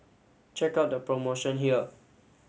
check out the promotion here